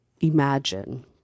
imagine